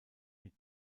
mit